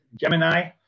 Gemini